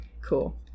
Cool